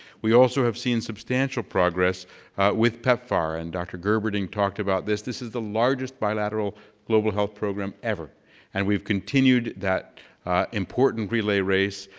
we also have seen substantial progress with pepfar and dr. gerberding talked about this, this is the largest bilateral global health program ever and we've continued that important relay race,